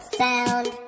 sound